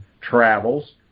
travels